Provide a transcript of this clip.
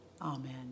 Amen